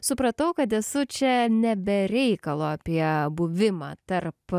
supratau kad esu čia ne be reikalo apie buvimą tarp